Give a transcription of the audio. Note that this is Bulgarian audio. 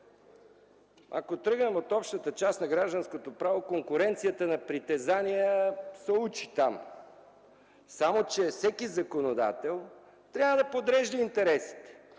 Ако тръгнем от общата част на гражданското право, там се учи конкуренцията на притежание. Само че всеки законодател трябва да подрежда интересите.